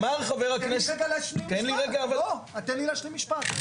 אמר חבר הכנסת --- תן לי להשלים משפט.